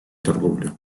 торговли